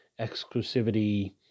exclusivity